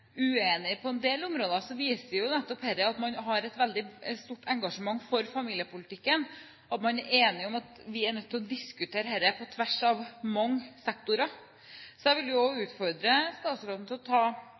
på en del områder, viser dette at man har et veldig stort engasjement for familiepolitikken, og at man er enig om at man er nødt til å diskutere dette på tvers av mange sektorer. Jeg vil også utfordre statsråden til å ta